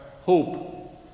hope